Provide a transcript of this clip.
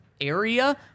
area